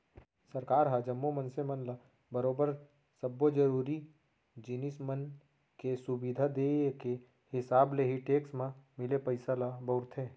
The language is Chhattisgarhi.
सरकार ह जम्मो मनसे मन ल बरोबर सब्बो जरुरी जिनिस मन के सुबिधा देय के हिसाब ले ही टेक्स म मिले पइसा ल बउरथे